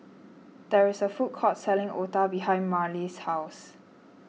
there is a food court selling Otah behind Marley's house